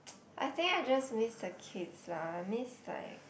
I think I just miss the kids lah I miss like